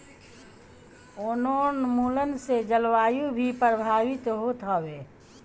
वनोंन्मुलन से जलवायु भी प्रभावित होत हवे